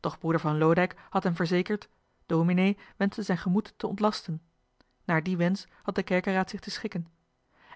doch broeder van loodijck had hem verzekerd dominee wenschte zijn gemoed te ontlasten naar dien wensch had de kerkeraad zich te schikken